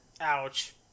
Ouch